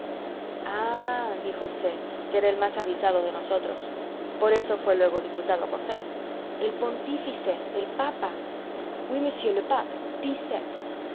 ah dijo c que era el más avisado de nosotros por eso fué luego diputado a cortes el pontífice el papa oui